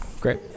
Great